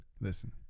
Listen